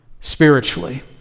spiritually